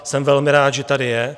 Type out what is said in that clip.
Jsem velmi rád, že tady je.